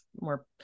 more